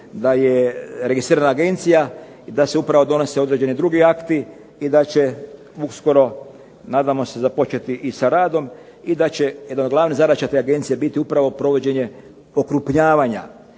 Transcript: da je registrirana agencija i da se upravo donose određeni drugi akti i da će uskoro nadamo se započeti i sa radom i da će jedna od glavnih zadaća te agencije biti upravo provođenje okrupnjavanja.